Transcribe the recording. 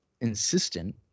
insistent